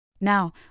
Now